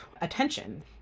attention